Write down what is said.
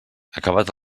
acabat